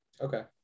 okay